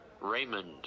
Raymond